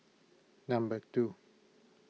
number two